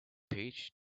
peach